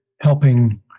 helping